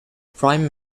prime